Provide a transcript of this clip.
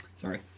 Sorry